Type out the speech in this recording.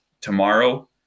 tomorrow